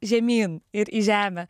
žemyn ir į žemę